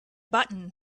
button